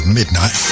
midnight